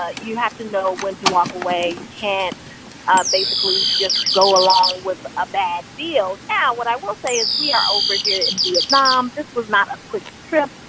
ah you have to know when to walk away can't basically just go along with a bad deal. now, what i will say is we are over here in vietnam. this was not a quick trip,